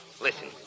Listen